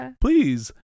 Please